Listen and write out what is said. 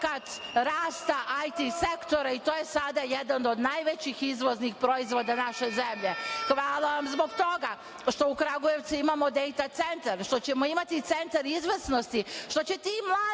i to je sada jedan od najvećih izvoznih proizvoda naše zemlje. Hvala vam zbog toga što u Kragujevcu imamo „Data centar“, što ćemo imati centar izvesnosti, što će ti mladi